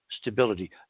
stability